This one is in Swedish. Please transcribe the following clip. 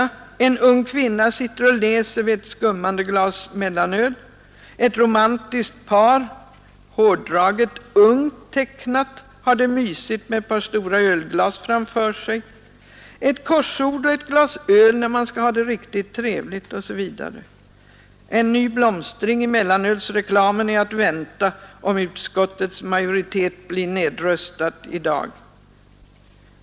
Det kan vara bilden av en ung kvinna som sitter och läser vid ett skummande glas mellanöl, ett romantiskt par, hårdraget ungt tecknat, som har det mysigt med ett par stora ölglas framför sig, eller ett korsord och ett glas öl när man skall ha det riktigt trevligt osv. En ny blomstring i mellanölsreklamen är att vänta, om utskottets majoritet blir nedröstad i dag.